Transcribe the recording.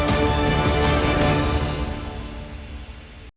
Дякую.